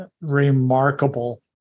remarkable